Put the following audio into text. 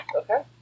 okay